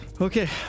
Okay